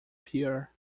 pierre